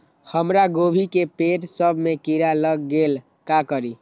हमरा गोभी के पेड़ सब में किरा लग गेल का करी?